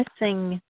missing